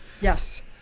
Yes